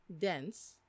dense